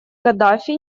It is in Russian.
каддафи